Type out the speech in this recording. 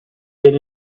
get